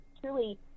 truly